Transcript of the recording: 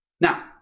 Now